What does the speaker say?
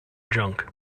junk